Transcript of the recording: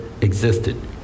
existed